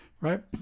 right